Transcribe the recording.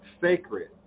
sacred